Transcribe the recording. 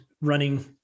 running